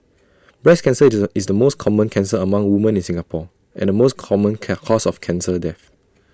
breast cancer is the most common cancer among women in Singapore and the most common can cause of cancer death